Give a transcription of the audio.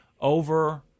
over